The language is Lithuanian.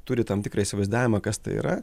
turi tam tikrą įsivaizdavimą kas tai yra